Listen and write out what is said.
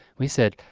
we said,